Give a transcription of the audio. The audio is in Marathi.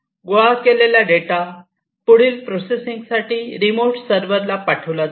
गोळा केलेला डेटा पुढील प्रोसेसिंग साठी रिमोट सर्वरला पाठवला जातो